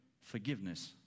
forgiveness